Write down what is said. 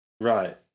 Right